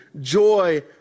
joy